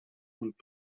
und